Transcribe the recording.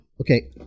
okay